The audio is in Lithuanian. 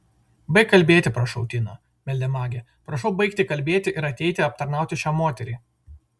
baik kalbėti prašau tina meldė magė prašau baigti kalbėti ir ateiti aptarnauti šią moterį